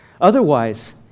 Otherwise